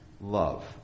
love